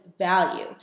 value